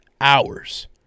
hours